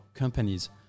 companies